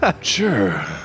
Sure